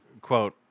quote